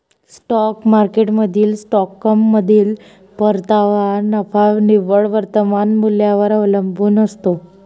stock मार्केटमधील स्टॉकमधील परतावा नफा निव्वळ वर्तमान मूल्यावर अवलंबून असतो